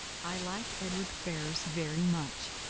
i like edward ferrars very much,